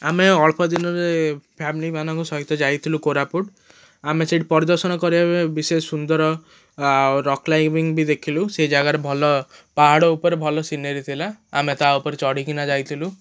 ଆମେ ଅଳ୍ପଦିନରେ ଫ୍ୟାମଲି ମାନଙ୍କ ସହିତ ଯାଇଥିଲୁ କୋରାପୁଟ ଆମେ ସେଇଠି ପରିଦର୍ଶନ କରିବା ପାଇଁ ବିଶେଷ ସୁନ୍ଦର ଆଉ ରକ୍ କ୍ଲାଇବିଂ ବି ଦେଖିଲୁ ସେଇ ଜାଗାରେ ଭଲ ପାହାଡ଼ ଉପରେ ଭଲ ସିନେରୀ ଥିଲା ଆମେ ତା'ଉପରେ ଚଢ଼ିକିନା ଯାଇଥିଲୁ